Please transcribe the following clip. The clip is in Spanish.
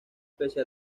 pese